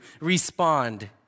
respond